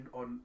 on